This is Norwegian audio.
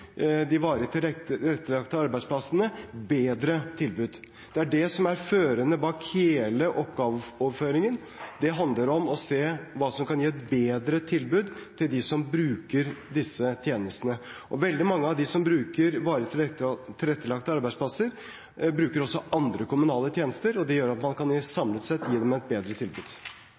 de varig tilrettelagte arbeidsplassene, bedre tilbud. Det er det som er førende bak hele oppgaveoverføringen. Det handler om å se hva som kan gi et bedre tilbud til dem som bruker disse tjenestene. Veldig mange av dem som bruker varig tilrettelagte arbeidsplasser, bruker også andre kommunale tjenester, og det gjør at man samlet sett kan